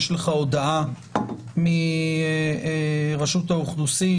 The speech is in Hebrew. יש לך הודעה מרשות האוכלוסין,